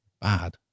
Bad